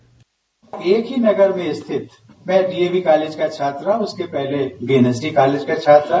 bite एक ही नगर में स्थित मैं डीएवी कॉलेज का छात्र रहा हूं उसके पहले बीएनएसडी कॉलेज का छात्र रहा